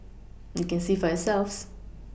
you can see for yourselves